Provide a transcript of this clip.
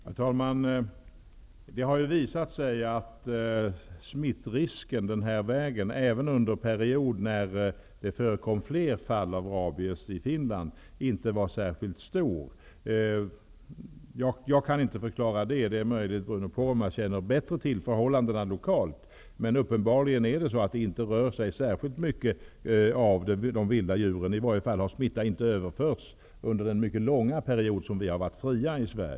Herr talman! Det har ju visat sig att smittrisken den här vägen inte ens var särskilt stor under den period när det förekom fler fall av rabies i Finland. Jag kan inte förklara det. Det är möjligt att Bruno Poromaa bättre känner till de lokala förhållandena, men det är uppenbarligen så att de vilda djuren inte rör sig särkilt mycket över gränsen. Smitta har i varje fall inte överförts under den mycket långa period som Sverige har varit fritt från rabies.